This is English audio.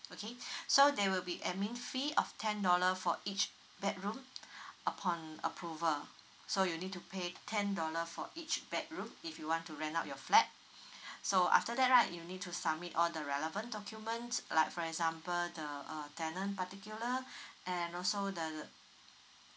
okay so there will be admin fee of ten dollar for each bedroom upon approval so you need to pay ten dollar for each bedroom if you want to rent out your flat so after that right you need to submit all the relevant documents like for example the uh tenant particular and also the